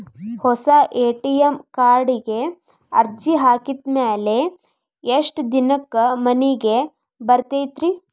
ಹೊಸಾ ಎ.ಟಿ.ಎಂ ಕಾರ್ಡಿಗೆ ಅರ್ಜಿ ಹಾಕಿದ್ ಮ್ಯಾಲೆ ಎಷ್ಟ ದಿನಕ್ಕ್ ಮನಿಗೆ ಬರತೈತ್ರಿ?